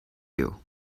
you